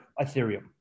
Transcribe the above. Ethereum